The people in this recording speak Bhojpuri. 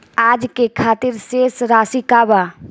आज के खातिर शेष राशि का बा?